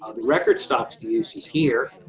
ah the record stocks-to-use is here.